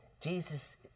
Jesus